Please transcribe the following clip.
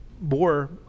more